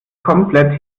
komplett